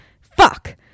fuck